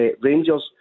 Rangers